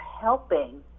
helping